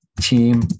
team